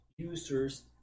users